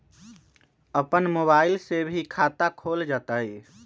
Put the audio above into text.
अपन मोबाइल से भी खाता खोल जताईं?